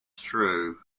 through